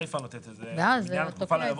בסיפה לתת את זה: "במניין התקופה לא יובא